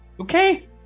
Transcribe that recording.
Okay